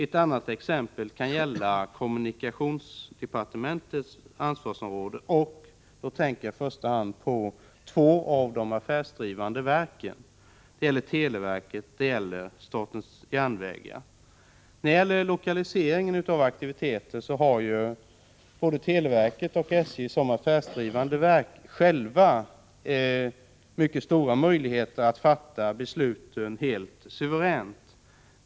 Ett annat område kan vara kommunikationsdepartementets ansvarsområde — och då tänker jag i första hand på två av de affärsdrivande verken, televerket och statens järnvägar. När det gäller lokaliseringen av aktiviteter har både televerket och SJ som affärsdrivande verk själva mycket stora möjligheter att fatta besluten helt suveränt.